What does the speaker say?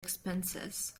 expenses